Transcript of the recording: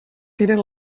tiren